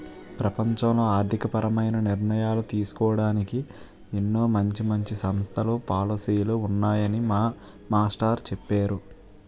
ప్రపంచంలో ఆర్థికపరమైన నిర్ణయాలు తీసుకోడానికి ఎన్నో మంచి మంచి సంస్థలు, పాలసీలు ఉన్నాయని మా మాస్టారు చెప్పేరు